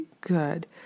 good